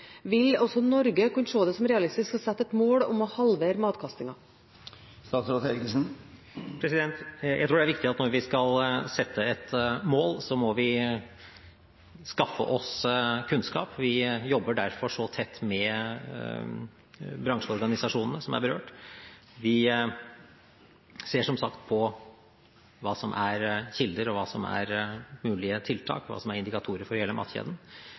vil også Norge kunne se det som realistisk å sette et mål om å halvere matkastingen? Jeg tror det er viktig at når vi skal sette et mål, må vi skaffe oss kunnskap. Vi jobber derfor så tett med bransjeorganisasjonene som er berørt. Vi ser, som sagt, på hva som er kilder, og hva som er mulige tiltak, hva som er indikatorer for hele matkjeden, og det vil kunne gi oss et grunnlag for å